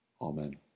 Amen